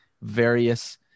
various